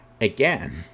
again